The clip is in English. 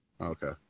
Okay